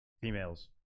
females